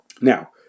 Now